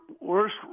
worst